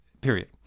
period